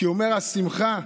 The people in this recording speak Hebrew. כי היה אומר: השמחה,